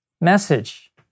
message